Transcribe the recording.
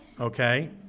okay